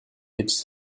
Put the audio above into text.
its